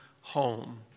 Home